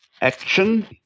Action